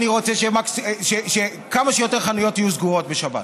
אני רוצה שכמה שיותר חנויות יהיו סגורות בשבת.